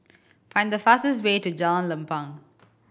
find the fastest way to Jalan Lempeng